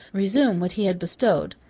resume what he had bestowed.